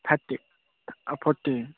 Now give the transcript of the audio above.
thirty ଆଉ forty